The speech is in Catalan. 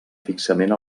fixament